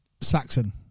Saxon